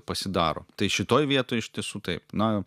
pasidaro tai šitoj vietoj iš tiesų taip na